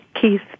Keith